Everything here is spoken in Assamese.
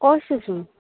কৈছোঁৱেচোন